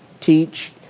teach